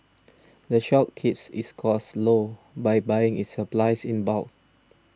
the shop keeps its costs low by buying its supplies in bulk